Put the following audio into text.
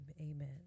Amen